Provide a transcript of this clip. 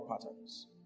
patterns